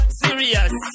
serious